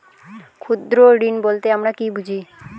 ক্ষুদ্র ঋণ বলতে আমরা কি বুঝি?